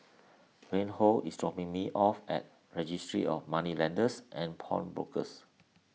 Reinhold is dropping me off at Registry of Moneylenders and Pawnbrokers